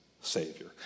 savior